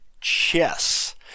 Chess